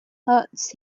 hurts